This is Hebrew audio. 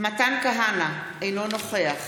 מתן כהנא, אינו נוכח